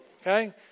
Okay